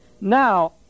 now